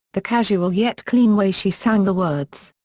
the casual yet clean way she sang the words.